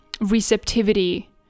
receptivity